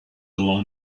along